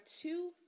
two